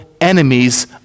enemies